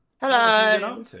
Hello